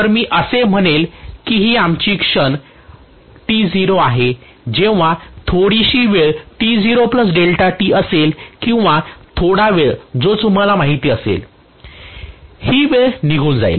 तर असे म्हणूया की ही आमची क्षण t0 आहे जेव्हा थोडीशी वेळ असेल किंवा थोडा वेळ जो तुम्हाला माहिती असेल ही वेळ निघून जाईल